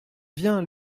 viens